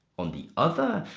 on the other,